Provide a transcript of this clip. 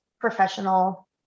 professional